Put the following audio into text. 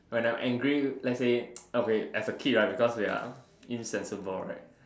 when I'm angry let's say okay as a kid right because we are insensible right